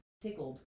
tickled